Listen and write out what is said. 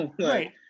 right